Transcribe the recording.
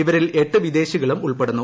ഇവരിൽ എട്ട് വിദേശികളും ഉൾപ്പെടുന്നു